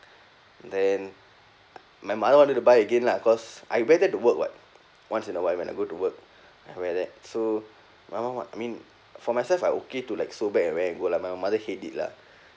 then my mother wanted to buy again lah cause I wear that to work [what] once in a while when I go to work I wear that so my mum what I mean for myself I okay to like sew back and wear and go lah but my mother hate it lah